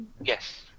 yes